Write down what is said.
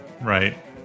right